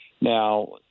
Now